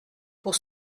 pour